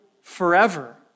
forever